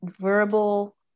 verbal